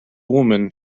woman